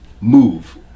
move